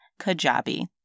kajabi